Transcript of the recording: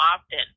often